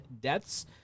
deaths